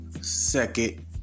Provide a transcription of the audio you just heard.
second